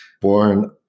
born